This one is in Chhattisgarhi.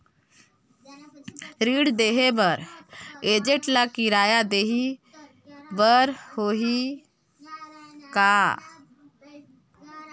ऋण देहे बर एजेंट ला किराया देही बर होही का?